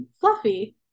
fluffy